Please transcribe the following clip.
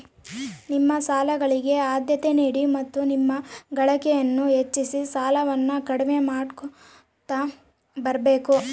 ನಿಮ್ಮ ಸಾಲಗಳಿಗೆ ಆದ್ಯತೆ ನೀಡಿ ಮತ್ತು ನಿಮ್ಮ ಗಳಿಕೆಯನ್ನು ಹೆಚ್ಚಿಸಿ ಸಾಲವನ್ನ ಕಡಿಮೆ ಮಾಡ್ಕೊಂತ ಬರಬೇಕು